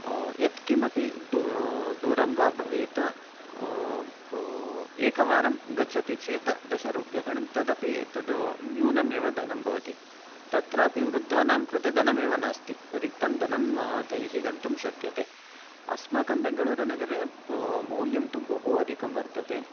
यत् किमपि दूरं वा भवेत् एक वारं गच्छति चेत् दशरूप्यकानि तदपि तत् न्यूनं एव धनं भवति तत्रापि वृद्धानां कृते धनमेव नास्ति रिक्तं धनं तैः गन्तुं शक्यते अस्माकं बेङ्गलूरुनगरे मौल्यं तु बहु अधिकं वर्तते